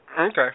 Okay